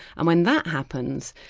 and when that happens,